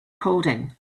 coding